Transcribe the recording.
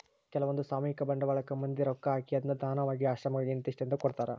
ಕೆಲ್ವಂದು ಸಾಮೂಹಿಕ ಬಂಡವಾಳಕ್ಕ ಮಂದಿ ರೊಕ್ಕ ಹಾಕಿ ಅದ್ನ ದಾನವಾಗಿ ಆಶ್ರಮಗಳಿಗೆ ಇಂತಿಸ್ಟೆಂದು ಕೊಡ್ತರಾ